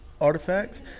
Artifacts